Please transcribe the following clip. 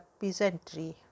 peasantry